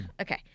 okay